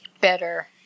better